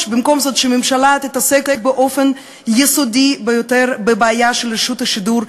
במקום זאת שהממשלה תתעסק באופן יסודי ביותר בבעיה של רשות השידור,